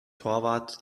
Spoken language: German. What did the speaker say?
torwart